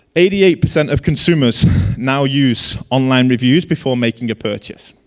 eighty eight percent of consumers now use online reviews before making a purchase.